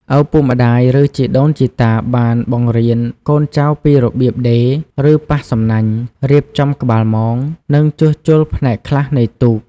ឪពុកម្ដាយ ឬជីដូនជីតាបានបង្រៀនកូនចៅពីរបៀបដេរ ឬប៉ះសំណាញ់ រៀបចំក្បាលមង និងជួសជុលផ្នែកខ្លះនៃទូក។